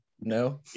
no